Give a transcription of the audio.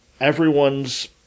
everyone's